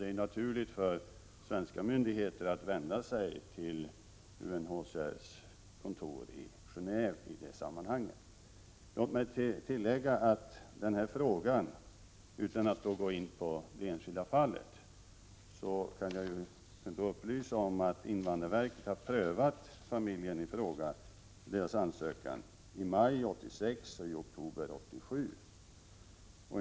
Det är då naturligt för svenska myndigheter att vända sig till UNHCR:s kontor i Genåve. Utan att gå in på det enskilda fallet kan jag upplysa om att invandrarverket har prövat familjens ansökan i maj 1986 och i oktober 1987.